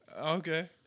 Okay